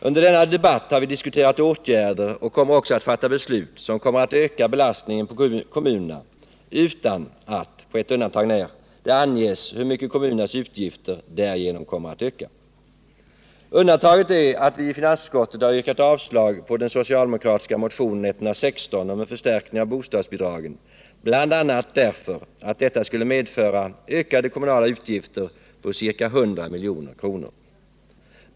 Under denna debatt har vi diskuterat åtgärder och kommer också att fatta beslut som ökar belastningen på kommunerna utan att det, på ett undantag när, anges hur mycket kommunernas utgifter därigenom kommer att öka. Undantaget är att vi i finansutskottet har yrkat avslag på den socialdemokratiska motionen 116 om en förstärkning av bostadsbidragen, bl.a. därför att detta skulle medföra ökade kommunala utgifter på ca 100 milj.kr.